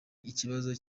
ikibazo